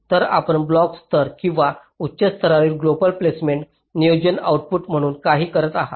तर आपण ब्लॉक स्तर किंवा उच्च स्तरावरील ग्लोबल प्लेसमेंट्स नियोजन आउटपुट म्हणून काही करत आहात